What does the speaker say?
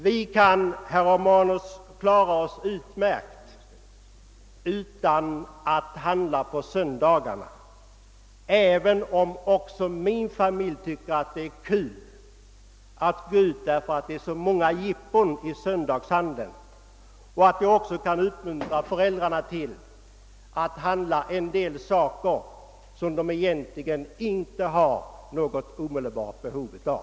Vi kan, herr Romanus, klara oss utmärkt utan att handla på söndagarna, även om också min familj tycker att det är >kul», eftersom det då är så många jippon som också kan uppmuntra föräldrarna att då handla en del saker, vilka de egentligen inte har något omedelbart behov av.